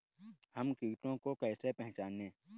हम कीटों को कैसे पहचाने?